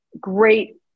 great